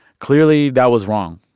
clearly, that was wrong.